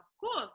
cool